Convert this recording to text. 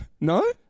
No